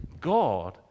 God